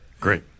Great